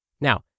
Now